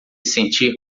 sentir